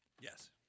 yes